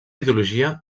ideologia